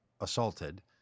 assaulted